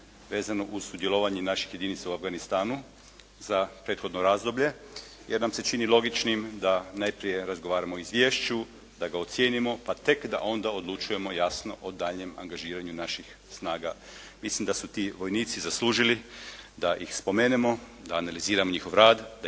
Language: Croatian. vezano uz sudjelovanje naših jedinica u Afganistanu za prethodno razdoblje, jer nam se čini logičnim da najprije razgovaramo o izvješću, da ga ocijenimo, pa tek da onda odlučujemo jasno o daljnjem angažiranju naših snaga. Mislim da su ti vojnici zaslužili da ih spomenemo, da analiziram njihov rad, da